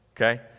okay